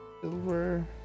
Silver